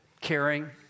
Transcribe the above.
caring